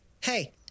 Hey